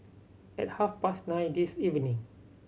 at half past nine this evening